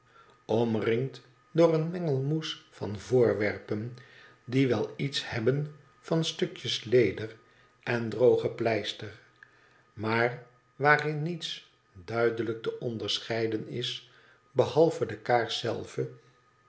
omringd door een mengelmoes van voorwerpen die wel iets hebben van stukjes leder en droge pleister maar waarin niets duidelijk te onderscheiden is behalve de kaars zelve